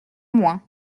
moins